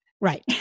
Right